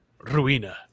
Ruina